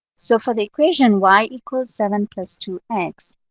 so for the equation y equals seven plus two x,